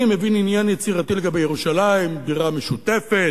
אני מבין "עניין יצירתי לגבי ירושלים": בירה משותפת,